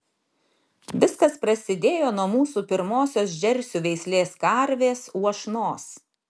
viskas prasidėjo nuo mūsų pirmosios džersių veislės karvės uošnos